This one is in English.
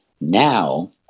now